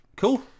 cool